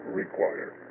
required